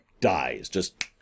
dies—just